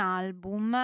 album